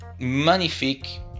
Magnifique